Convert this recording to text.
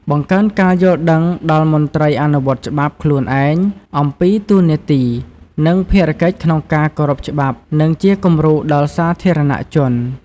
បង្កើនការយល់ដឹងដល់មន្ត្រីអនុវត្តច្បាប់ ខ្លួនឯង អំពីតួនាទី និងភារកិច្ចក្នុងការគោរពច្បាប់ និងជាគំរូដល់សាធារណជន។